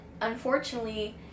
unfortunately